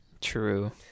True